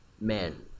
men